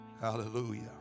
Hallelujah